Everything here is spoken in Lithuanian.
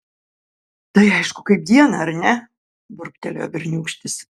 tai aišku kaip dieną ar ne burbtelėjo berniūkštis